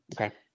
Okay